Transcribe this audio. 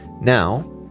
Now